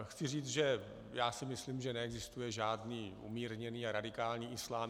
Chci říct, že si myslím, že neexistuje žádný umírněný a radikální islám.